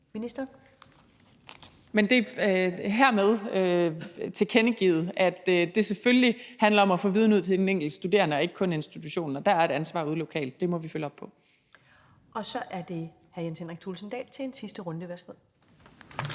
Men det er hermed tilkendegivet, at det selvfølgelig handler om at få viden ud til den enkelte studerende og ikke kun institutionen. Der er et ansvar ude lokalt, og det må vi følge op på. Kl. 17:14 Første næstformand (Karen Ellemann): Så er det hr. Jens Henrik Thulesen Dahl til en sidste runde. Værsgo.